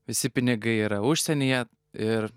visi pinigai yra užsienyje ir